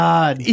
God